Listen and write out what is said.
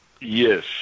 Yes